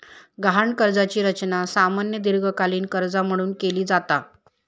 गहाण कर्जाची रचना सामान्यतः दीर्घकालीन कर्जा म्हणून केली जाता